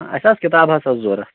اَسہِ آسہٕ کِتاب آسہٕ اَسہِ ضروٗرت